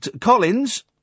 Collins